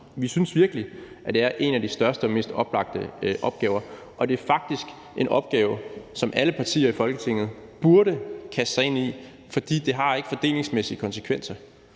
vi synes virkelig, at det er en af de største og mest oplagte opgaver, og det er faktisk en opgave, som alle partier i Folketinget burde kaste sig ind i, fordi det ikke har fordelingsmæssige konsekvenser.